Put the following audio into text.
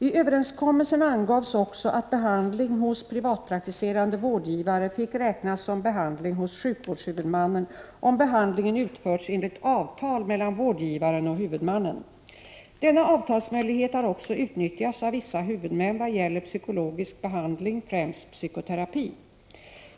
I överenskommelsen angavs också att behandling hos privatpraktiserande vårdgivare fick räknas som behandling hos sjukvårdshuvudmannen om behandlingen utförts enligt avtal mellan vårdgivaren och huvudmannen. Denna avtalsmöjlighet har också utnyttjats av vissa huvudmän vad gäller psykologisk behandling, främst psykoterapi.